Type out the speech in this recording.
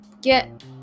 get